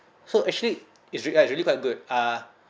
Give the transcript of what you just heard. so actually it's rea~ uh it's really quite good uh